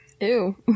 Ew